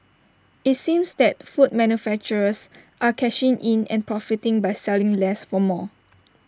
IT seems that food manufacturers are cashing in and profiting by selling less for more